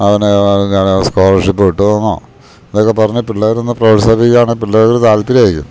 അവന് സ്കോളർഷിപ്പ് കിട്ടുവോന്നോ ഇതൊക്കെ പറഞ്ഞ് പിള്ളേരൊന്ന് പ്രോത്സാഹപ്പിക്കുവാണേൽ പിള്ളേർക്ക് താല്പര്യമായിരിക്കും